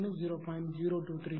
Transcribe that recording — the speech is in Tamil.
01 மற்றும் ΔF SS 0